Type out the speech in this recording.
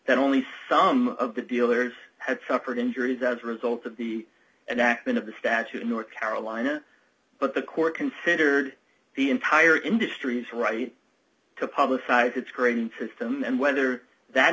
that only some of the dealers had suffered injuries as a result of the an action of the statute in north carolina but the court considered the entire industries right to publish private screening system and whether that